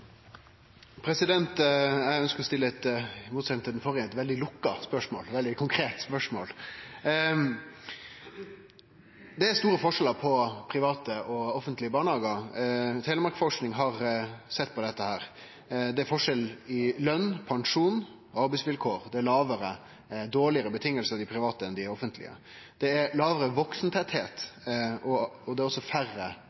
virkemiddelapparatet. Eg ønskjer å stille eit – i motsetnad til den førre replikanten – veldig lukka spørsmål, eit veldig konkret spørsmål. Det er store forskjellar på private og offentlege barnehagar. Telemarksforsking har sett på dette. Det er forskjell i løn, i pensjon, i arbeidsvilkår – det er dårlegare vilkår i dei private enn i dei offentlege. Det er